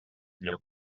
lloc